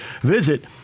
visit